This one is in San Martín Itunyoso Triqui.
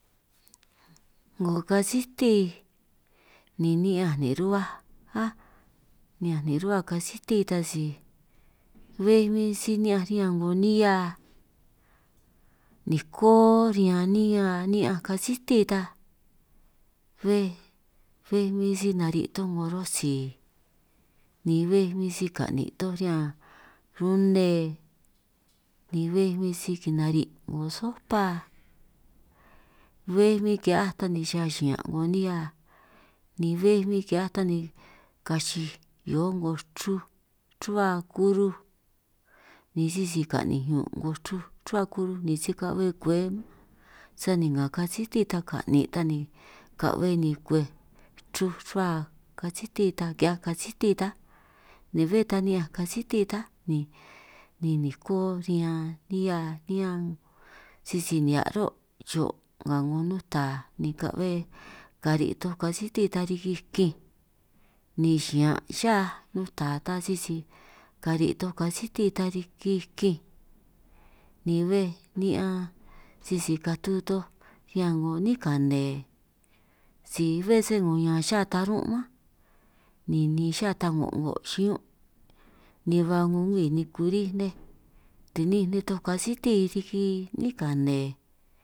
'Ngo kasiti ni ni'ñanj nin' ruhuaj áj, ni'ñanj nin' ruhua kasiti ta si béj bin si ni'ñanj riñan 'ngo nihia niko riñan ni'ñanj kasiti ta, béj bin si nari' toj 'ngo rosi béj ni huin si ka'nin' toj riñan rune, ni béj huin si kinari' 'ngo sopa béj huin ki'hiaj si xa xiñan' 'ngo nihia, ni béj huin ki'hiaj ta ni kachij hio 'ngo chruj ruhua kuruj, ni sisi ka'ninj ñun' 'ngo chruj ruhua kuruj ni si ka'be kwe mánj, sani nga kasiti ta ka'nin' ta ni ka'be ni kwej chruj ruhua kasiti ta ki'hiaj kasiti taa, ni bé ta ni'ñanj kasiti taa ni niko riñan nihia niñan sisi nihia' ro' xo' nga 'ngo nuta ni ka'be kari' toj kasiti ta riki kinj, ni xiñan xá nuta ta sisi kari' toj kasiti ta riki kin, ni béj ni'ñan sisi katu toj riñan 'ngo 'nín kane si bé si sé kuñan xa tarún' mánj, ninin xa ta ko'ngo' xiñún ni ba 'ngo ngwii ni kurij nej tuninj nej toj kasiti riki 'nín kane.